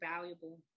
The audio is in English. valuable